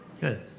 good